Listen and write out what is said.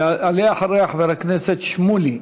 יעלה אחריה חבר הכנסת שמולי,